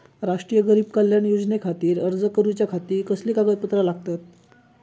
राष्ट्रीय गरीब कल्याण योजनेखातीर अर्ज करूच्या खाती कसली कागदपत्रा लागतत?